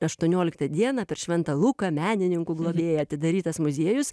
aštuonioliktą dieną per šventą luką menininkų globėją atidarytas muziejus